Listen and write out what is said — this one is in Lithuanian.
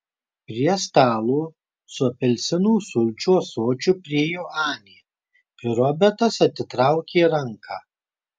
prie stalo su apelsinų sulčių ąsočiu priėjo anė ir robertas atitraukė ranką